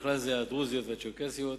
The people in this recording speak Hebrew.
ובכלל זה הדרוזיות והצ'רקסיות,